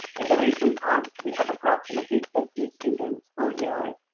in the recent past, we have approximately fifty students per year,